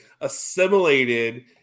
assimilated